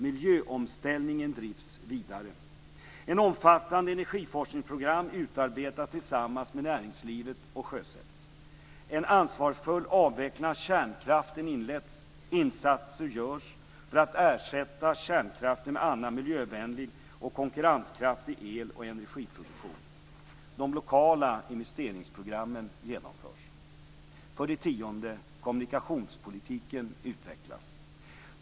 Miljöomställningen drivs vidare. Ett omfattande energiforskningsprogram utarbetas tillsammans med näringslivet och sjösätts. En ansvarsfull avveckling av kärnkraften inleds och insatser görs för att ersätta kärnkraften med annan miljövänlig och konkurrenskraftig el och energiproduktion. De lokala investeringsprogrammen genomförs. 10. Kommunikationspolitiken utvecklas.